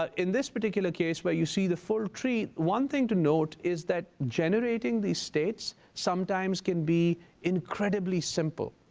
but in this particular case where you see the full tree, one thing to note is that generating these states sometimes can be incredibly simple.